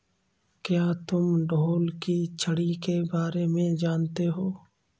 क्या तुम ढोल की छड़ी के बारे में जानते हो?